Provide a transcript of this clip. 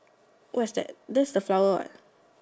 what is that that is the flower what